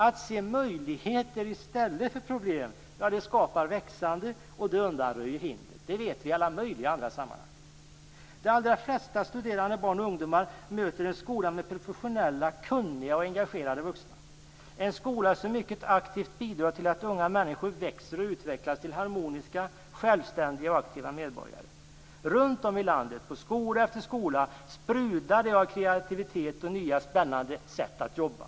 Att se möjligheter i stället för problem skapar växande och undanröjer hinder. Det vet vi från alla möjliga andra sammanhang. De allra flesta studerande barn och ungdomar möter en skola med professionella, kunniga och engagerade vuxna, en skola som mycket aktivt bidrar till att unga människor växer och utvecklas till harmoniska, självständiga och aktiva medborgare. Runt om i landet, på skola efter skola, sprudlar det av kreativitet och nya, spännande sätt att jobba.